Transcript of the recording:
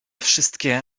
wszystkie